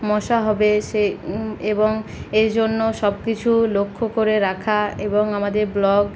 মশা হবে সে এবং এজন্য সবকিছু লক্ষ করে রাখা এবং আমাদের ব্লক